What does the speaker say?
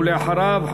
ואחריו,